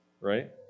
Right